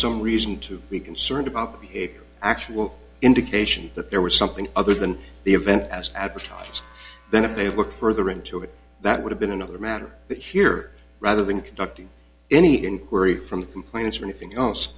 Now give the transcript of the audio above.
some reason to be concerned about the actual indication that there was something other than the event as out of touch then if they looked further into it that would have been another matter but here rather than conducting any inquiry from complaints or anything else